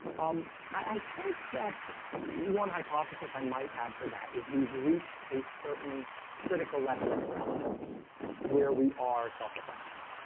um, i think that one hypothesis i might have for that is we've reached a certain critical level of intelligence where we are self-reflective